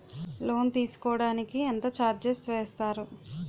Loan తీసుకోడానికి ఎంత charges వేస్తారు?